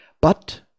But